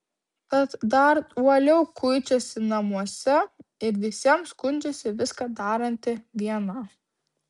tad dar uoliau kuičiasi namuose ir visiems skundžiasi viską daranti viena